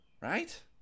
Right